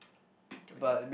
donate